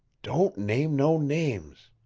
don't name no names.